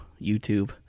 YouTube